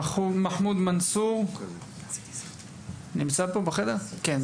מחמוד מנסור, תציג את עצמך, בבקשה.